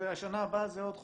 שנה הבאה זה עוד חודשיים.